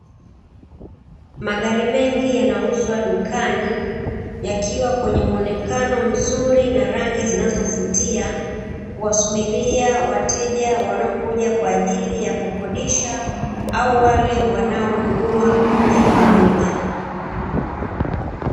Magari mengi yanauzwa dukani yakiwa kwenye muonekano mzuri na rangi zinazovutia kuwasubiria wateja wanaokuja kwa ajili ya kukodisha au wale wanaonunua moja kwa moja.